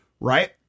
right